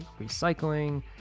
recycling